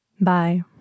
Bye